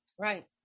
Right